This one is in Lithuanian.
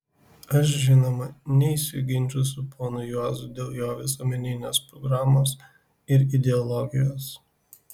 aš žinoma neisiu į ginčus su ponu juozu dėl jo visuomeninės programos ir ideologijos